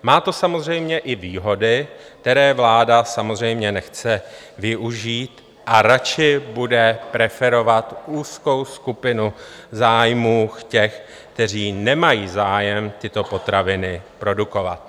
Má to samozřejmě i výhody, které vláda samozřejmě nechce využít, a radši bude preferovat úzkou skupinu zájmů těch, kteří nemají zájem tyto potraviny produkovat.